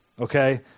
Okay